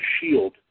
SHIELD